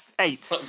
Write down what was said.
Eight